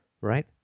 right